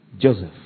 Joseph